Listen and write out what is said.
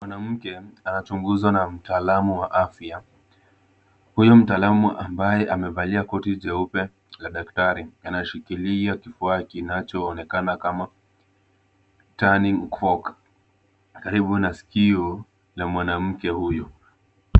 Mwanamke anachunguzwa na mtaalamu wa afya. Huyo mtaalamu ambaye amevalia koti jeupe la daktari anashikilia kifaa kinachoonekana kama turning cork karibu na sikio la mwanamke huyo.